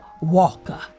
Walker